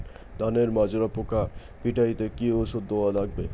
ধানের মাজরা পোকা পিটাইতে কি ওষুধ দেওয়া লাগবে?